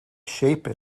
shape